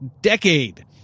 decade